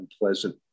unpleasant